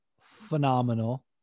phenomenal